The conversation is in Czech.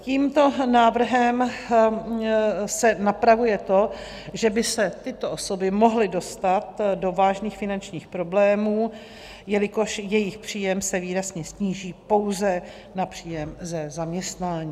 Tímto návrhem se napravuje to, že by se tyto osoby mohly dostat do vážných finančních problémů, jelikož jejich příjem se výrazně sníží pouze na příjem ze zaměstnání.